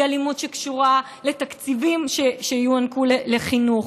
היא אלימות שקשורה לתקציבים שיוענקו לחינוך,